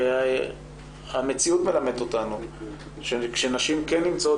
המציאות מלמדת אותנו שכאשר נשים נמצאות